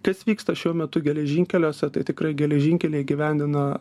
kas vyksta šiuo metu geležinkeliuose tai tikrai geležinkeliai įgyvendina